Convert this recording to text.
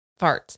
farts